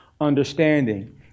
understanding